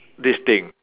this thing